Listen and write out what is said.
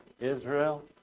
Israel